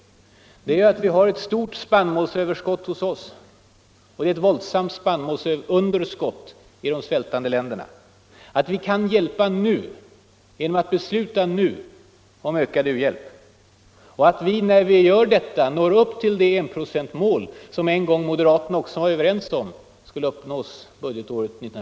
Vad det handlar om är ju att vi har ett stort spannmålsöverskott hos oss i Sverige och att man har ett våldsamt spannmålsunderskott i de svältande länderna. Vi kan hjälpa nu genom att besluta nu om ökad u-hjälp. Och när vi gör det når vi upp till det enprocentsmål som en gång också moderaterna var överens om skulle uppnås budgetåret 1974/75.